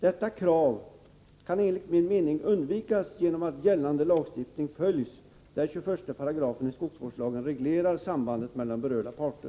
Detta krav kan enligt min mening undvikas genom att gällande lagstiftning följs, där 21 § i skogsvårdslagen reglerar sambandet mellan berörda parter.